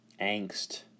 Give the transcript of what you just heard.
angst